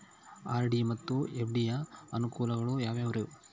RD ಮತ್ತು FD ಯ ಅನುಕೂಲಗಳು ಯಾವ್ಯಾವುರಿ?